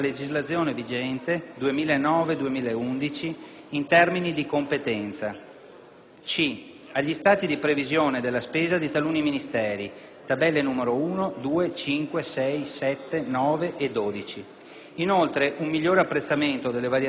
agli Stati di previsione della spesa di taluni Ministeri (tabelle nn. 1, 2, 5, 6, 7, 9 e 12). Inoltre, un migliore apprezzamento delle variazioni medesime e dei relativi effetti sui saldi e sui vari documenti del bilancio di previsione